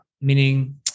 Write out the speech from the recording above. meaning